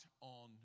on